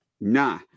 Nah